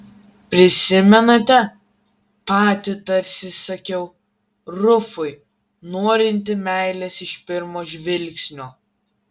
prisimenate pati tarsi sakiau rufui norinti meilės iš pirmo žvilgsnio